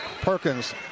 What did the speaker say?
Perkins